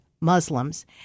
Muslims